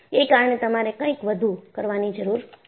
એં કારણે તમારે કંઈક વધુ કરવાની જરૂર પડે છે